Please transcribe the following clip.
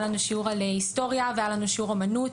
היה לנו שיעור על היסטוריה והיה לנו שיעור אומנות.